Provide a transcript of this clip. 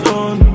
on